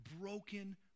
broken